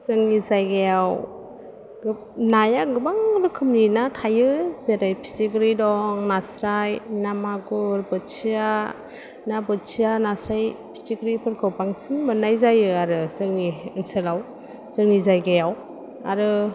जोंनि जायगायाव गोब नाया गोबां रोखोमनि ना थायो जेरै फिथिख्रि दं नास्राय ना मागुर बोथिया ना बोथिया नास्राय फिथिख्रिफोरखौ बांसिन मोननाय जायो आरो जोंनि ओनसोलाव जोंनि जायगायाव आरो